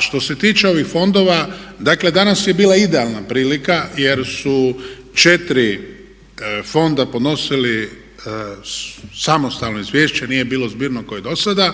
što se tiče ovih fondova, dakle danas je bila idealna prilika jer su četiri fonda podnosila samostalno izvješće nije bilo zbirno kao i dosada